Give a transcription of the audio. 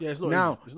Now